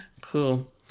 Cool